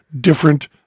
different